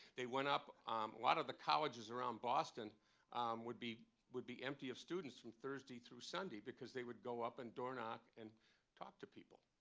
they went up a lot of the colleges around boston would would be empty of students from thursday through sunday because they would go up and door-knock and talk to people.